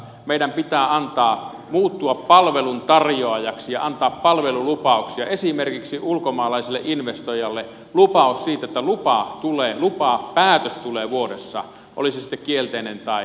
meidän pitää antaa muuttua palveluntarjoajaksi ja antaa palvelulupauksia esimerkiksi ulkomaalaiselle investoijalle lupaus siitä että lupapäätös tulee vuodessa oli se sitten kielteinen tai myönteinen